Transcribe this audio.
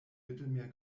mittelmeer